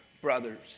brothers